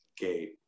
gate